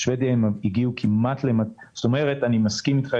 אני מסכים אתך,